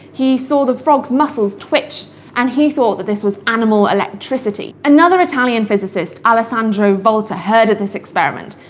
he saw the frog's muscles twitch and he thought that this was animal electricity. another italian physicist, alessandro volta, heard of this experiment,